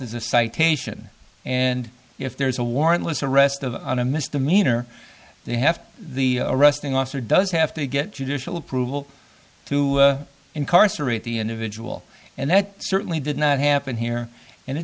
is a citation and if there's a warrantless arrest of an a misdemeanor they have the arresting officer does have to get judicial approval to incarcerate the individual and that certainly did not happen here and it